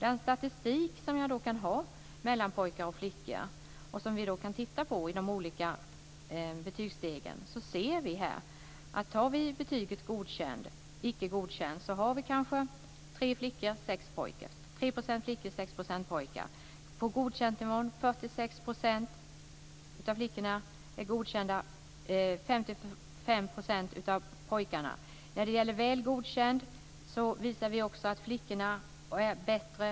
Den statistik som finns mellan pojkar och flickor och betygsstegen visar följande. För betyget Icke godkänd finns 3 % av flickorna och 55 % av pojkarna. På nivån Väl godkänd är flickorna bättre.